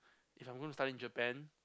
if I'm gonna study in Japan